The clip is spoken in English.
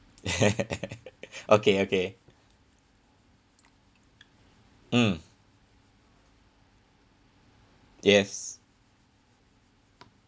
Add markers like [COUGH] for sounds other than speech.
[LAUGHS] okay okay mm yes